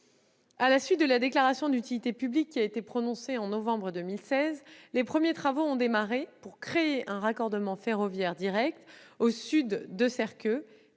À la suite de la déclaration d'utilité publique prononcée en novembre 2016, les premiers travaux ont démarré pour créer un raccordement ferroviaire direct au sud de Serqueux,